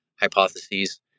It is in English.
hypotheses